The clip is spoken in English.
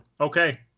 Okay